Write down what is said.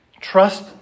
Trust